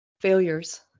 failures